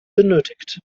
benötigt